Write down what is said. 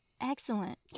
Excellent